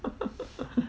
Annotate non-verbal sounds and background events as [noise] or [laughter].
[laughs]